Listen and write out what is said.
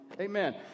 Amen